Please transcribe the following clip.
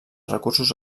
recursos